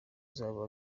zabo